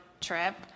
trip